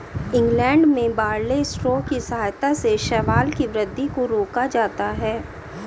England में barley straw की सहायता से शैवाल की वृद्धि को रोका जाता है